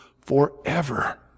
forever